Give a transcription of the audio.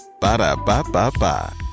Ba-da-ba-ba-ba